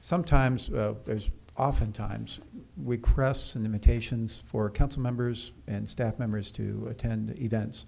sometimes there's often times we crescent imitations for council members and staff members to attend events